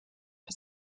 has